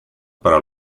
para